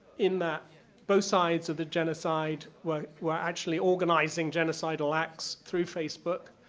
in that both sides of the genocide were were actually organizing genocidal acts through facebook.